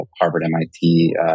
Harvard-MIT